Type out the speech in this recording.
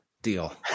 Deal